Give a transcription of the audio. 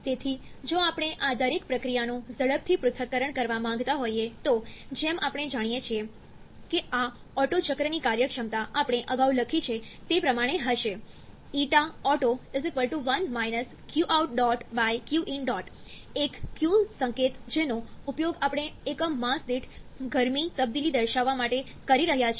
તેથી જો આપણે આ દરેક પ્રક્રિયાનું ઝડપથી પૃથ્થકરણ કરવા માંગતા હોઈએ તો જેમ આપણે જાણીએ છીએ કે આ ઓટ્ટો ચક્રની કાર્યક્ષમતા આપણે અગાઉ લખી છે તે પ્રમાણે હશે ƞOtto 1 qout qin એક q સંકેત જેનો ઉપયોગ આપણે એકમ માસ દીઠ ગરમી તબદીલી દર્શાવવા માટે કરી રહ્યા છીએ